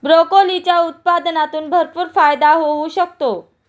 ब्रोकोलीच्या उत्पादनातून भरपूर फायदा होऊ शकतो